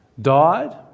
died